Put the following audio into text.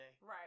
right